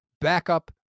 backup